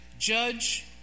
Judge